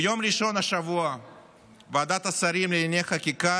ביום ראשון השבוע ועדת השרים לענייני חקיקה